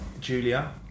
Julia